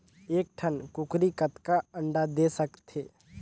एक ठन कूकरी कतका अंडा दे सकथे?